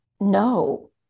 no